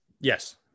Yes